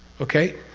okay?